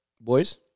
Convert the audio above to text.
boys